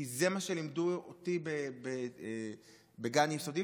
כי זה מה שלימדו אותי בגן וביסודי,